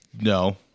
No